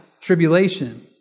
tribulation